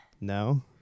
No